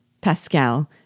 Pascal